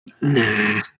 nah